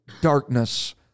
darkness